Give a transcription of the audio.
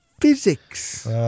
physics